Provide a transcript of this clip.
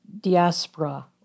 diaspora